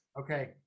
Okay